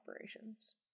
operations